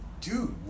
Dude